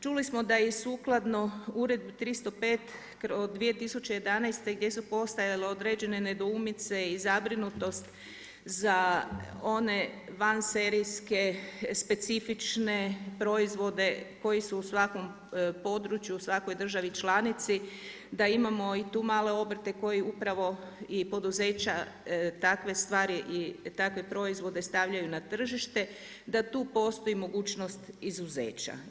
Čuli smo da i sukladno Uredbi 305. od 2011. gdje su postojale određene nedoumice i zabrinutost za one vanserijske specifične proizvode koji su u svakom području u svakoj državi članici da imamo i tu male obrte koji upravo i poduzeća i takve stvari i takve proizvode stavljaju na tržište, da tu postoji mogućnost izuzeća.